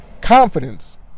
confidence